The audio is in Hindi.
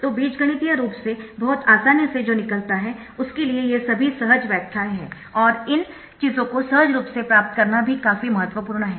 तो बीजगणितीय रूप से बहुत आसानी से जो निकलता है उसके लिए ये सभी सहज व्याख्याएं हैं और इन चीजों को सहज रूप से प्राप्त करना भी काफी महत्वपूर्ण है